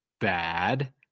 bad